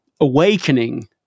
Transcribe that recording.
awakening